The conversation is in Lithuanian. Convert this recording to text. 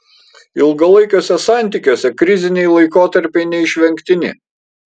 ilgalaikiuose santykiuose kriziniai laikotarpiai neišvengtini